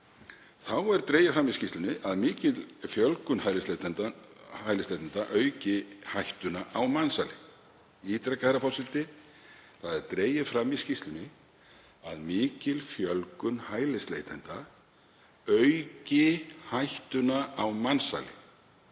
Þá er dregið fram í skýrslunni að mikil fjölgun hælisleitenda auki hættuna á mansali. Ég ítreka, herra forseti, að dregið er fram í skýrslunni að mikil fjölgun hælisleitenda auki hættuna á mansali